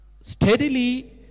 steadily